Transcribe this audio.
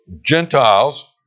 Gentiles